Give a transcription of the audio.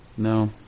No